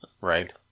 Right